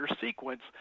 sequence